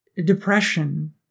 Depression